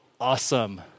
awesome